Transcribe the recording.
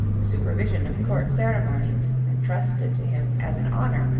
the supervision of court ceremonies, entrusted to him as an honour,